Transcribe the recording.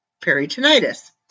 peritonitis